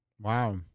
Wow